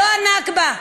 לא הנכבה.